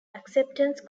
acceptance